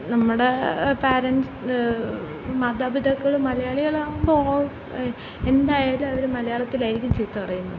നമ്മുടെ പേരൻസ് മാതാപിതാക്കൾ മലയാളികളാകുമ്പോൾ എന്തായാലും അവർ മലയാളത്തിലായിരിക്കും ചീത്ത പറയുന്നത്